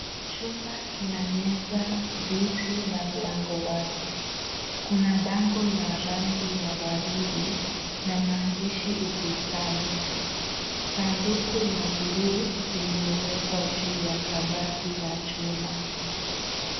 Chumba kina meza, viti na mlango wazi, kuna bango la rangi ya waridi, na maandishi ukutani. Sanduku la bluu limewekwa juu ya kabati la chuma.